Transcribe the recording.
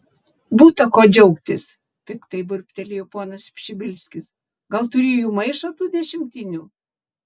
būta ko džiaugtis piktai burbtelėjo ponas pšibilskis gal turi jų maišą tų dešimtinių